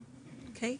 אוקי.